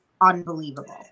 unbelievable